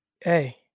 hey